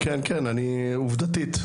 כן, עובדתית.